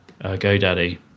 GoDaddy